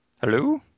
Hello